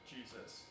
Jesus